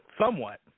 somewhat